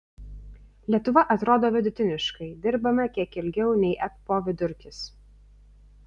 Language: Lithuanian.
lietuva atrodo vidutiniškai dirbame kiek ilgiau nei ebpo vidurkis